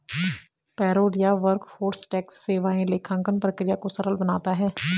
payroll या workforce tax सेवाएं लेखांकन प्रक्रिया को सरल बनाता है